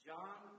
John